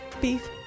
Beef